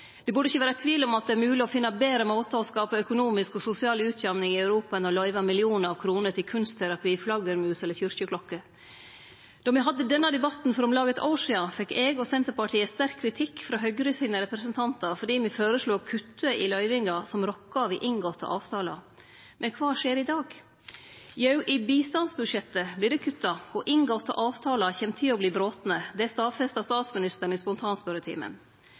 Det burde ikkje vere tvil om at det er mogleg å finne betre måtar å skape økonomisk og sosial utjamning i Europa på enn å løyve millionar av kroner til kunstterapi, flaggermus eller kyrkjeklokker. Då me hadde denne debatten for om lag eit år sidan, fekk eg og Senterpartiet sterk kritikk frå Høgre sine representantar fordi me føreslo å kutte i løyvingar som rokka ved inngåtte avtalar. Men kva skjer i dag? Jau, i bistandsbudsjettet vert det kutta, og inngåtte avtalar kjem til å verte brotne. Det stadfesta statsministeren i spontanspørjetimen.